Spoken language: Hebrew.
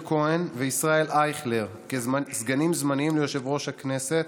כהן וישראל אייכלר כסגנים זמניים ליושב-ראש הכנסת.